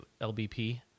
LBP